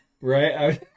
right